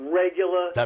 regular